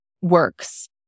works